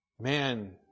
man